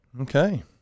Okay